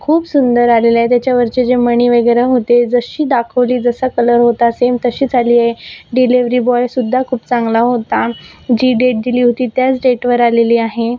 खूप सुंदर आलेलं आहे त्याच्यावरचे जे मणी वगैरे होते जशी दाखवली जसा कलर होता सेम तशीच आली आहे डिलेवरी बॉय सुद्धा खूप चांगला होता जी डेट दिली होती त्याच डेटवर आलेली आहे